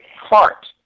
heart